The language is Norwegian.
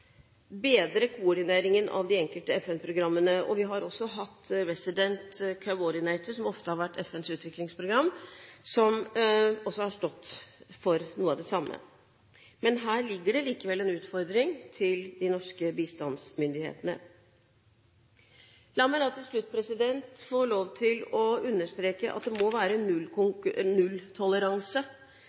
bedre koordineringen av de enkelte FN-programmene, og vi har også hatt Resident Coordinator – som ofte har vært FNs utviklingsprogram – som har stått for noe av det samme. Men her ligger det likevel en utfordring til de norske bistandsmyndighetene. La meg også få lov til å understreke at det må være